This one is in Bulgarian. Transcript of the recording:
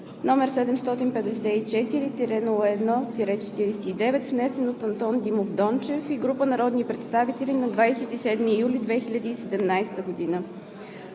№ 754-01-49, внесен от Андон Димов Дончев и група народни представители на 27 юли 2017 г.,